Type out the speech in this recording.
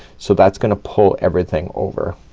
so that's gonna pull everything over